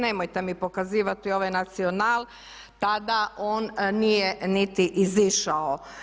Nemojte mi pokazivati ovaj Nacional, tada on nije niti izašao.